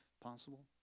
possible